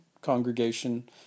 congregation